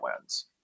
wins